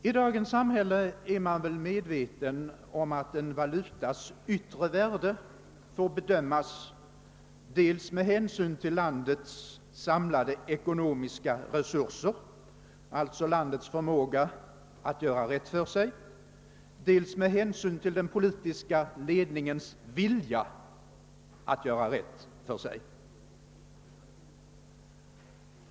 I dagens samhälle är man väl medveten om att stabiliteten i en valutas yttre värde får bedömas dels med hänsyn till landets samlade ekonomiska resurser — alltså landets förmåga att göra rätt för sig — dels med hänsyn till den politiska ledningens vilja att göra rätt för sig.